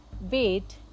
wait